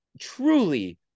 truly